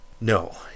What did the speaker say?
No